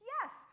Yes